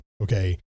Okay